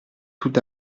tout